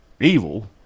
evil